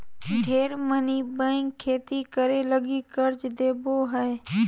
ढेर मनी बैंक खेती करे लगी कर्ज देवो हय